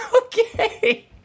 Okay